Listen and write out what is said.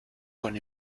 con